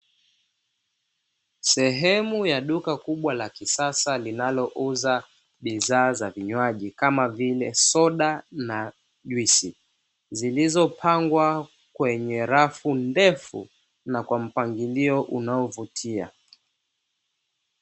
Sehemu ya duka kubwa la kisasa linalouza bidhaa za vinywaji kama vile soda na juisi zilizopangwa kwenye rafu ndefu na kwampangilio unaovutia.